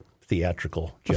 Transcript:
theatrical